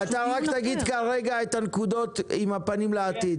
אתה רק תגיד כרגע את הנקודות עם הפנים לעתיד.